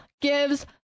gives